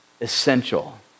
essential